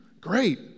great